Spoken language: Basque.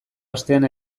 astean